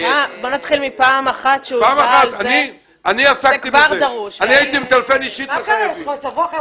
אני עסקתי בזה, אני הייתי מטלפן אישית לאנשים.